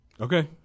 Okay